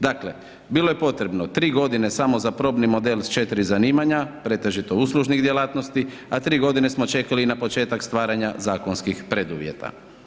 Dakle bilo je potrebo tri godine samo za probni model s četiri zanimanja pretežito uslužnih djelatnosti, a tri godine smo čekali na početak stvaranja zakonskih preduvjeta.